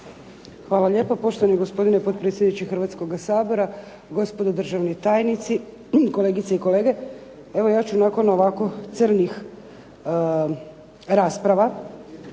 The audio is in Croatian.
Hvala lijepa. Poštovani gospodine potpredsjedniče Hrvatskoga sabora, gospodo državni tajnici, kolegice i kolege. evo ja ću nakon ovako crnih rasprava